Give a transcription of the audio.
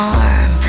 arm